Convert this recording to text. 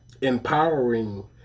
empowering